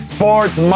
Sports